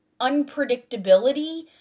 unpredictability